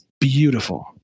beautiful